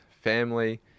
family